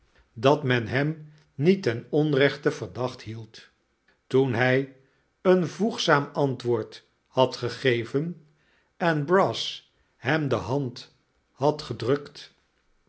dat men hem niet ten onrechte verdacht hield toen hij een voegzaam antwoord had gegeven en brass hem de hand had gedrukt